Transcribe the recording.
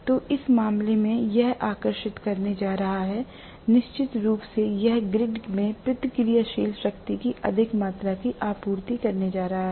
तो उस मामले में यह आकर्षित करने जा रहा है निश्चित रूप से यह ग्रिड में प्रतिक्रियाशील शक्ति की अधिक मात्रा की आपूर्ति करने जा रहा है